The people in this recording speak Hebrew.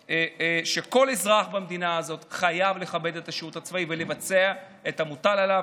שכל אזרח במדינה הזאת חייב לכבד את השירות הצבאי ולבצע את המוטל עליו,